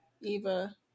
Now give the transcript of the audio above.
Eva